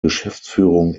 geschäftsführung